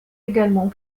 également